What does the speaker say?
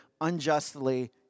unjustly